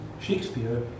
Shakespeare